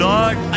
Lord